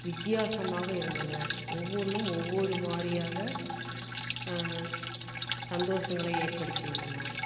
வித்தியாசமாக இருந்தன ஒவ்வொன்றும் ஒவ்வொரு மாதிரியாக சந்தோஷங்களை ஏற்படுத்தியுள்ளன